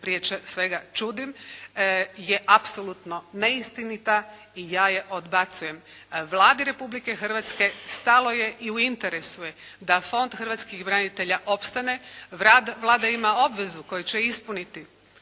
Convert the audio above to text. prije svega čudim je apsolutno neistinita i ja je odbacuje. Vladi Republike Hrvatske stalo je i u interesu je da Fond hrvatskih branitelja opstane. Vlada ima obvezu koju će ispuniti